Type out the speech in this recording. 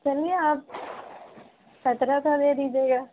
چلیے آپ سترہ سو دے دیجیے گا